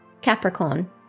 Capricorn